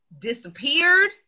disappeared